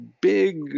big